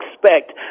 expect